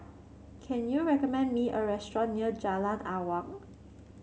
can you recommend me a restaurant near Jalan Awang